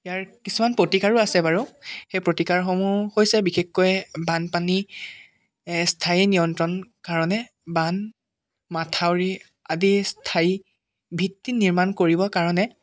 ইয়াৰ কিছুমান প্ৰতিকাৰো আছে বাৰু সেই প্ৰতিকাৰসমূহ হৈছে বিশেষকৈ বানপানী স্থায়ী নিয়ন্ত্ৰণ কাৰণে বান মাথাউৰি আদি স্থায়ী ভিত্তিত নিৰ্মাণ কৰিব কাৰণে